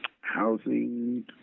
housing